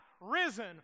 risen